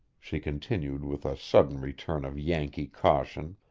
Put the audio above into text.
she continued with a sudden return of yankee caution,